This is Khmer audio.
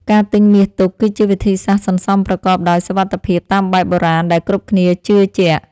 ការទិញមាសទុក គឺជាវិធីសាស្ត្រសន្សំប្រកបដោយសុវត្ថិភាពតាមបែបបុរាណដែលគ្រប់គ្នាជឿជាក់។